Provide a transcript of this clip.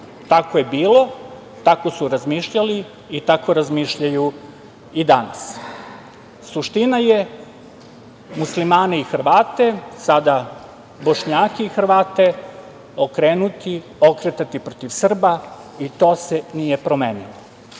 je bilo, tako su razmišljali i tako razmišljaju i danas. Suština je, muslimani i Hrvate, sada Bošnjake i Hrvate okretati protiv Srba, i to se nije promenilo.